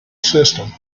system